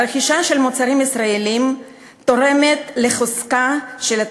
רכישה של מוצרים ישראליים תורמת לחוזקה של התעשייה.